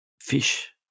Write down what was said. fish